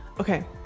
Okay